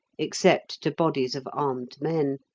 except to bodies of armed men,